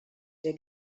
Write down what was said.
der